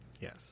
yes